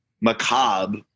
macabre